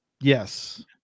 Yes